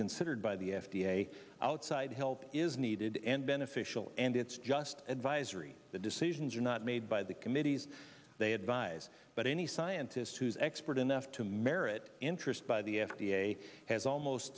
considered by the f d a outside help is needed and beneficial and it's just advisory the decisions are not made by the committees they advise but any scientist who is expert enough to merit interest by the f d a has almost